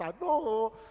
No